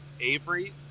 Avery